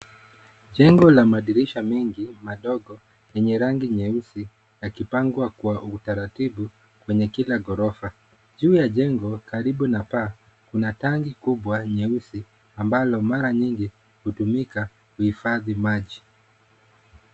Jengo la madirisha mengi madogo yenye rangi nyeusi , yakipangwa kwa utaratibu kwenye kila ghorofa. Juu ya jengo karibu na paa, kuna tangi kubwa nyeusi ambalo mara nyinyi hutumika kuhifadhi maji.